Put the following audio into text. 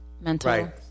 mental